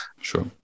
Sure